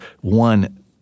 one